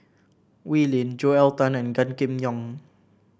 Wee Lin Joel Tan and Gan Kim Yong